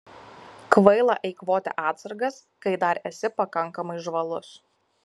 kvaila eikvoti atsargas kai dar esi pakankamai žvalus